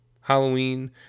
Halloween